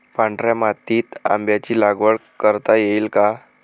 पांढऱ्या मातीत आंब्याची लागवड करता येईल का?